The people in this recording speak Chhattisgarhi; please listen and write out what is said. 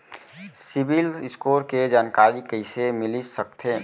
सिबील स्कोर के जानकारी कइसे मिलिस सकथे?